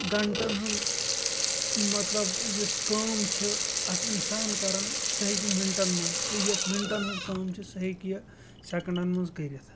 گَنٹَن ہُنٛد مطلب یُس کٲم چھِ اَکھ اِنسان کَران سۄ ہیٚکہِ یہِ مِنٹَن منٛز تہٕ یۄس مِنٹَن ہٕنٛز کٲم چھِ سۄ ہیٚکہِ یہِ سٮ۪کنڈَن منٛز کٔرِتھ